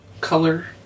color